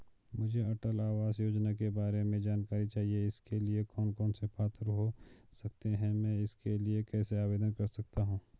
मुझे अटल आवास योजना के बारे में जानकारी चाहिए इसके लिए कौन कौन पात्र हो सकते हैं मैं इसके लिए कैसे आवेदन कर सकता हूँ?